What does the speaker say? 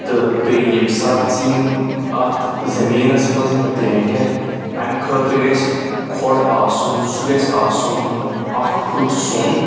تہٕ بیٚیہِ ییٚمہِ ساتہٕ ژٕ یِم اتھ زمیٖنس منٛز درٛٮ۪نٛٹھؠک امہِ خٲطرٕ گژھِ کھۄڈ آسُن سُہ گژھِ آسُن اَکھ فُٹ سرٛون